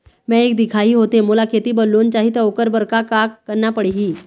मैं एक दिखाही होथे मोला खेती बर लोन चाही त ओकर बर का का करना पड़ही?